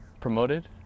promoted